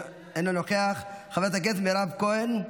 אינו נוכח, חברת הכנסת מירב כהן,